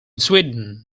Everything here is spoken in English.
sweden